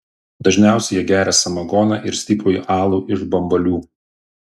dažniausiai jie geria samagoną ir stiprųjį alų iš bambalių